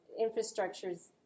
infrastructure's